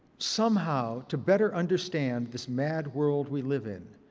somehow, to better understand this mad world we live in.